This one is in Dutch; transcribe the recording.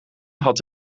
had